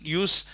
use